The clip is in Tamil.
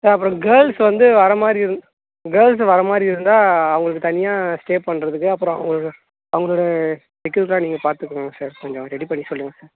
சார் அப்புறம் கேர்ள்ஸ் வந்து வர மாதிரி இரு கேர்ள்ஸ் வர மாதிரி இருந்தால் அவங்களுக்கு தனியாக ஸ்டே பண்ணறதுக்கு அப்புறம் ஒரு அவங்களோட செக்யூர் எல்லாம் நீங்கள் பார்த்துக்குணும் சார் கொஞ்சம் ரெடி பண்ணி சொல்லுங்கள் சார்